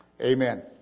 Amen